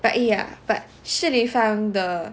but ya but Shi Li Fang the